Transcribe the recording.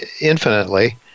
infinitely